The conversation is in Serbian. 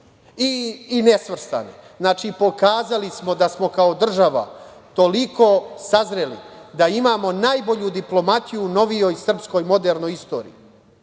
i nesvrstane. Znači, pokazali smo da smo kao država toliko sazreli da imamo najbolju diplomatiju u novijoj srpskoj modernoj istoriji,